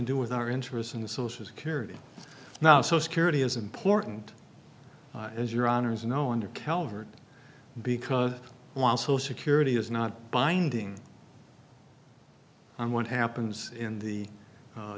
to do with our interests in the social security now so security as important as your honour's no wonder calvert because while so security is not binding on what happens in the